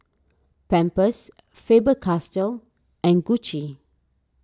Pampers Faber Castell and Gucci